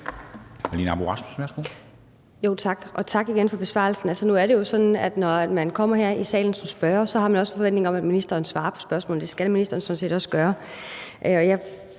at man som spørger, når man kommer her i salen, så også har en forventning om, at ministeren svarer på spørgsmålene, og det skal ministeren sådan